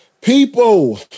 people